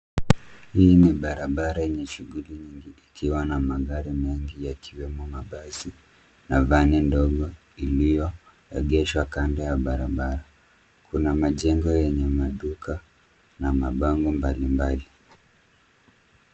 Hii ni barabara yenye shughuli nyingi ikiwa na magari mengi yakiwemo mabasi na vani ndogo iliyoegeshwa kando ya barabara. Kuna majengo yenye maduka na mabango mbalimbali.